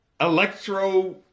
electro